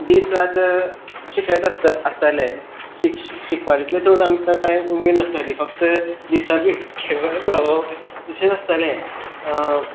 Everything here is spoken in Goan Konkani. दिसरात अशे खेळत आस आसताले शिक शिकपा तितले चड आमकां कांय उमेद नासताली फक्त दिसान दीस खेळत रावप इतलेंच आसतालें